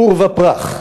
עורבא פרח?